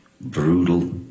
brutal